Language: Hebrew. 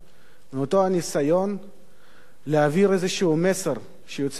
מאותו הניסיון להעביר איזה מסר שיוצא מכאן